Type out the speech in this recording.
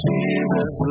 Jesus